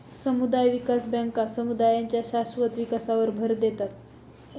समुदाय विकास बँका समुदायांच्या शाश्वत विकासावर भर देतात